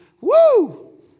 woo